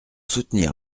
soutenir